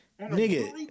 nigga